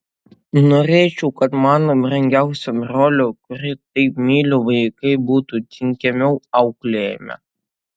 norėčiau kad mano brangiausio brolio kurį taip myliu vaikai būtų tinkamiau auklėjami